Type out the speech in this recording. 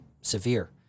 severe